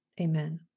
Amen